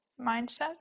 mindset